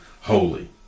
holy